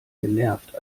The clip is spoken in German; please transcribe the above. genervt